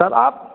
sir आप